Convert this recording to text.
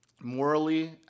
morally